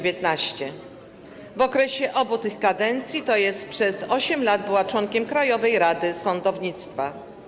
W okresie obu tych kadencji, tj. przez 8 lat, była członkiem Krajowej Rady Sądownictwa.